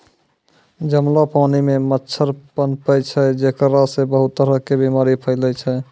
जमलो पानी मॅ मच्छर पनपै छै जेकरा सॅ बहुत तरह के बीमारी फैलै छै